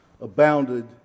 abounded